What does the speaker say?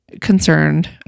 concerned